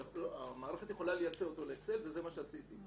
המערכת יכולה לייצר אותו לאקסל וזה מה שעשיתי.